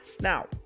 Now